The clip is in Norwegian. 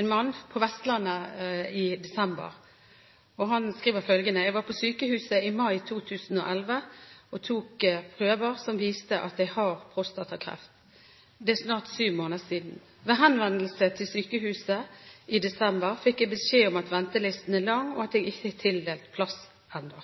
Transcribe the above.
en mann, på Vestlandet i desember. Han skriver følgende: Jeg var på sykehuset i mai 2011 og tok prøver som viste at jeg har prostatakreft – det er snart syv måneder siden. Ved henvendelse til sykehuset i desember fikk jeg beskjed om at ventelisten er lang, og at jeg ikke er tildelt plass ennå.